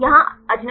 यहाँ अजनबी है